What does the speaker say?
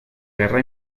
guerra